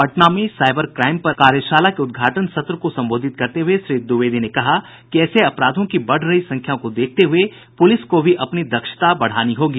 Patna cyber crime पर आयोजित कार्यशाला के उद्घाटन सत्र को संबोधित करते हुए श्री द्विवेदी ने कहा कि ऐसे अपराधों की बढ रही संख्या को देखते हुए पुलिस को भी अपनी दक्षता बढ़ानी होगी